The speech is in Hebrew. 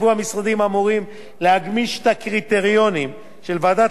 הקריטריונים של ועדת החריגים לעניין ההיוון,